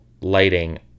lighting